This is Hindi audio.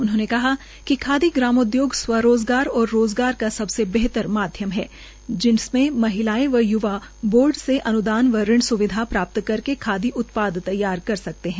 उन्होंने कहा कि खादी ग्राम उद्योग स्व रोज़गार और रोज़गार का सबसे बेहतर माध्यम है जिसमें महिलाएं और य्वा बोर्ड से अन्दान व ऋण स्विधा प्राप्त करके खादी उत्पाद तैयार कर सकते है